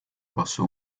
pasó